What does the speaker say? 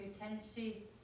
Tennessee